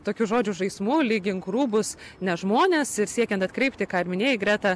tokiu žodžių žaismu lygink rūbus ne žmones ir siekiant atkreipti ką ir minėjai greta